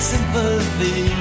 Sympathy